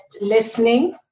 listening